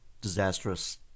disastrous